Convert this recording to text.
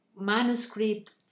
manuscript